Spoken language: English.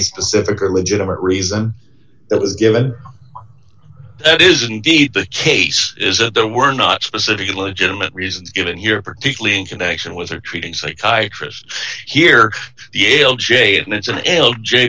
specific or legitimate reason it was given that is indeed the case is that there were not specific illegitimate reasons given here particularly in connection with her treating psychiatrist here the ael j and it's an l j